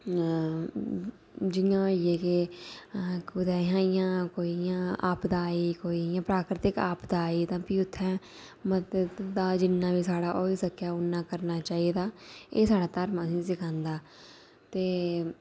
जि'यां होई गे कि कुतै इयां कुतै आपदा आई कोई प्राकृतिक आपदा आई ते भी उत्थै साढ़े कशा जिन्ना होई सकै ओह् करना चाहिदा एह् साढ़ा धर्म असें गी सखांदा ते एह्